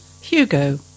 Hugo